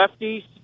lefties